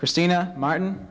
christina martin